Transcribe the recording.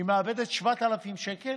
היא מאבדת 7,000 שקלים